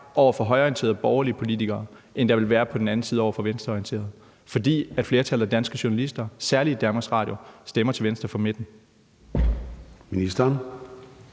over for højreorienterede, borgerlige politikere, end der vil være på den anden side, altså over for venstreorienterede, fordi flertallet af danske journalister, særlig i DR, stemmer til venstre for midten.